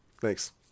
Thanks